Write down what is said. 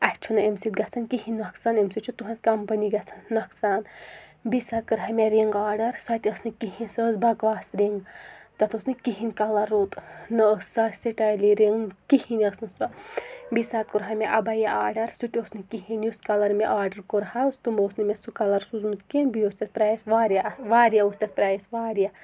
اَسہِ چھُنہٕ امہِ سۭتۍ گژھان کِہیٖنۍ نۄقصان اَمہِ سۭتۍ چھُ تُہٕنٛز کَمپٔنی گژھان نۄقصان بیٚیہِ ساتہٕ کٔرہاے مےٚ رِنٛگ آرڈَر سۄ تہِ ٲسۍ نہٕ کِہیٖنۍ سۄ ٲسۍ بَکواس رِنٛگ تَتھ اوس نہٕ کِہیٖنۍ کَلَر رُت نہ ٲسۍ سۄ سِٹایلی رِنٛگ کِہیٖنۍ ٲسۍ نہٕ سۄ بیٚیہِ ساتہٕ کوٚر ہا مےٚ اَبَیا آرڈَر سُہ تہِ اوس نہٕ کِہیٖنۍ یُس کَلَر مےٚ آرڈَر کوٚرہا تمو اوس نہٕ مےٚ سُہ کَلَر سوٗزمُت کینٛہہ بیٚیہِ اوس تَتھ پرٛایِس واریاہ اَ واریاہ اوس تَتھ پرٛایِس واریاہ